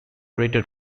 rated